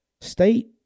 State –